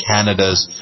Canada's